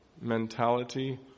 mentality